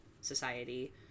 society